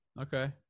Okay